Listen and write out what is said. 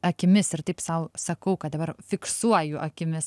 akimis ir taip sau sakau kad dabar fiksuoju akimis